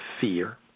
fear